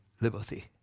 liberty